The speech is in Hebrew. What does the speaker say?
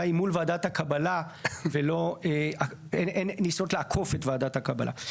היא מול ועדת הקבלה ואין ניסיון לעקוף את ועדת הקבלה.